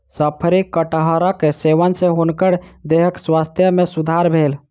शफरी कटहरक सेवन सॅ हुनकर देहक स्वास्थ्य में सुधार भेल